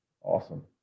Awesome